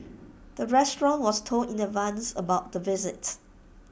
the restaurant was told in advance about the visits